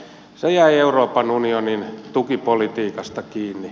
se jäi euroopan unionin tukipolitiikasta kiinni